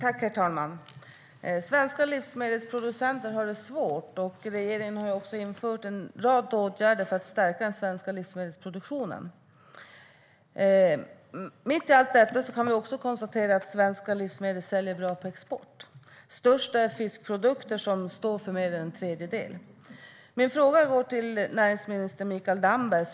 Herr talman! Svenska livsmedelsproducenter har det svårt, och regeringen har infört en rad åtgärder för att stärka den svenska livsmedelsproduktionen. Mitt i allt detta kan vi dock konstatera att svenska livsmedel säljer bra på export. Störst är fiskprodukter, som står för mer än en tredjedel. Min fråga går till näringsminister Mikael Damberg.